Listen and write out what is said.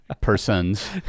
Persons